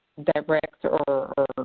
direct or